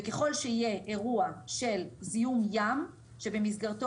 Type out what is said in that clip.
וככל שיהיה אירוע של זיהום ים שבמסגרתו